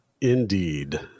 Indeed